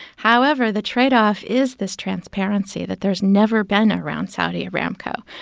however, the tradeoff is this transparency that there's never been around saudi aramco.